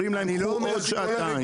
אומרים להם קחו עוד שעתיים.